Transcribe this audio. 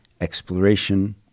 exploration